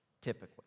typically